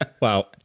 Wow